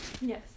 Yes